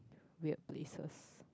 weird places